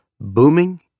booming